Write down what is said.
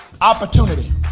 Opportunity